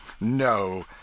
No